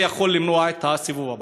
זה יכול למנוע את הסיבוב הבא.